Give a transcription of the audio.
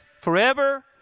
forever